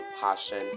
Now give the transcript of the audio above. Passion